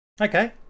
Okay